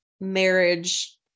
marriage